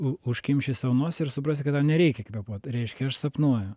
u užkimši sau nosį ir suprasi kad tau nereikia kvėpuot reiškia aš sapnuoju